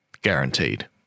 Guaranteed